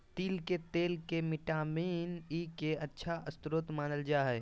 तिल के तेल के विटामिन ई के अच्छा स्रोत मानल जा हइ